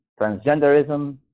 transgenderism